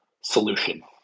solution